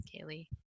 Kaylee